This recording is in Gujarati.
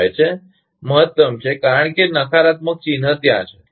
25 છે મહત્તમ છે કારણ કે નકારાત્મક ચિહ્ન ત્યાં છે